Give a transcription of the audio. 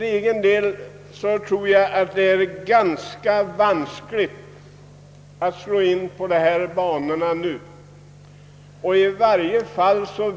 Jag tror att det är ganska äventyrligt att slå in på dessa banor.